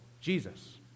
Jesus